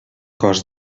cos